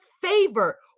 favor